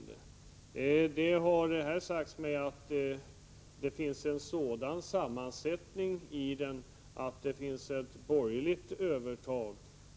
Det har här sagts att den nuvarande sammansättningen innebär ett borgerligt övertag.